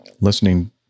Listening